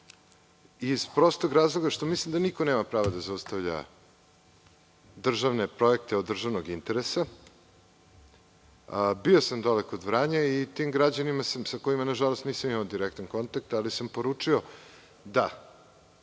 iz prostog razloga što mislim da niko nema razloga da zaustavlja državne projekte od državnog interesa. Bio sam dole kod Vranja i tim građanima sam, sa kojima nažalost nisam imao direktan kontakt, ali sam poručio da